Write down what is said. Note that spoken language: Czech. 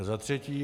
Za třetí.